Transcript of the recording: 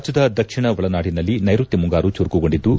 ರಾಜ್ಡದ ದಕ್ಷಿಣ ಒಳನಾಡಿನಲ್ಲಿ ನೈರುತ್ತ ಮುಂಗಾರು ಚುರುಕುಗೊಂಡಿದ್ದು